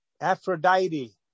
Aphrodite